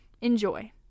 enjoy